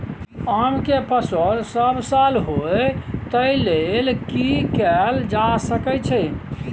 आम के फसल सब साल होय तै लेल की कैल जा सकै छै?